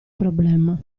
problema